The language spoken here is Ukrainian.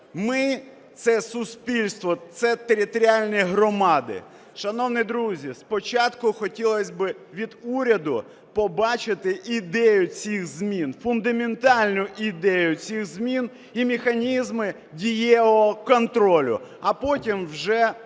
Ми – це суспільство, це територіальні громади. Шановні друзі, спочатку хотілось би від уряду побачити ідею цих змін, фундаментальну ідею цих змін, і механізми дієвого контролю. А потім вже